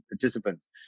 participants